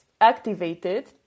activated